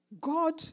God